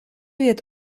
wird